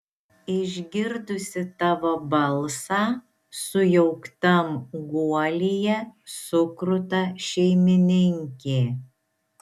išgirdusi tavo balsą sujauktam guolyje sukruta šeimininkė